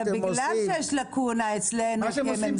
מה שאתם עושים --- זה בגלל שיש לקונה אצלנו כממסד.